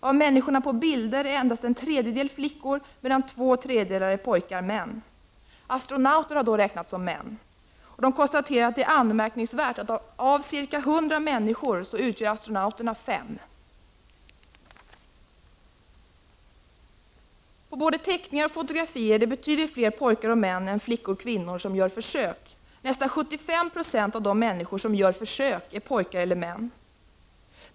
Av människorna på bild är endast en tredjedel flickor medan två tredjedelar är pojkar män än flickor/kvinnor som gör försök. Nästan 75 96 av de människor som gör försök är pojkar eller män.